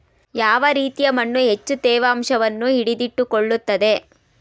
ಯಾವ ರೀತಿಯ ಮಣ್ಣು ಹೆಚ್ಚು ತೇವಾಂಶವನ್ನು ಹಿಡಿದಿಟ್ಟುಕೊಳ್ಳುತ್ತದೆ?